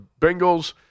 Bengals